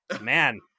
Man